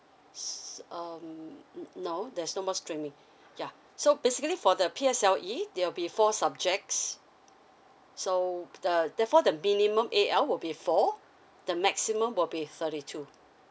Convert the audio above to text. s~ um no there's no more streaming yeah so basically for the P_S_L_E there will be four subjects so uh therefore the minimum A_L will be four the maximum will be thirty two